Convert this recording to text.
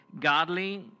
Godly